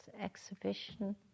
exhibition